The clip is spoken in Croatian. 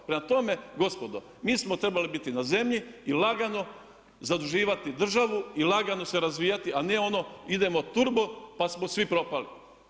Prema tome, gospodo mi smo trebali biti na zemlji i lagano zaduživati državu i lagano se razvijati, a ne ono idemo turbo pa smo svi propali.